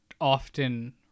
often